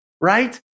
right